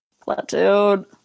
Platoon